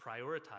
prioritize